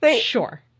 Sure